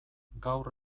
gaur